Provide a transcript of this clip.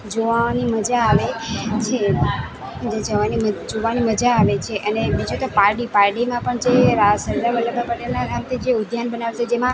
જોવાની મજા આવે છે જે જોવાની મજા આવે છે અને બીજું તે પારડી પારડીમાં પણ જે આ સરદાર વલ્લભભાઈ પટેલના નામથી જે ઉદ્યાન બનાવે છે જેમાં